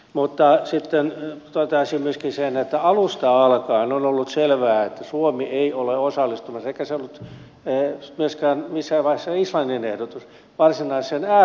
mutta sitten toteaisin myöskin sen että alusta alkaen on ollut selvää että suomi ei ole osallistumassa eikä se ollut myöskään missään vaiheessa islannin ehdotus varsinaiseen air policing tehtävään